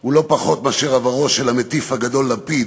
הוא לא פחות מעברו של המטיף הגדול לפיד,